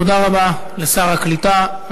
תודה רבה לשר העלייה והקליטה.